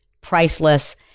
priceless